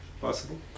possible